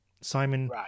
Simon